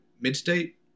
Mid-State